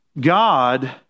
God